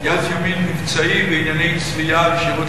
שהיה יד ימין מבצעי בענייני צביעה ושירות